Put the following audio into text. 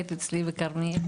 היית אצלי בכרמיאל.